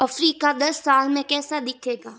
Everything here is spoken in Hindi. अफ्रीका दस साल में कैसा दिखेगा